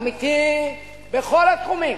אמיתי בכל התחומים.